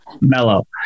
Mellow